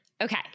Okay